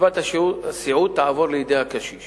שקצבת הסיעוד תעבור לידי הקשיש